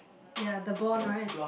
ya the blonde right